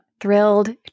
thrilled